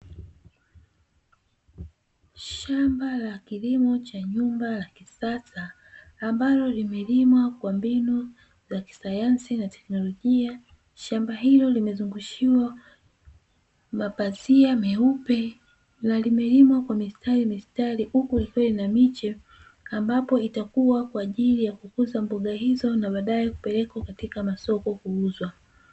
Shamba la kilimo cha nyumba la kisasa, ambalo limelimwa kwa mbinu za kisayansi na teknolojia. Shamba hilo limezungushiwa mapazia meupe na limelimwa kwa mistarimistari, huku likiwa ina miche ambapo itakuwa kwa ajili ya kukuza mboga hizo na baadaye kupelekwa katika masoko kuuzwa.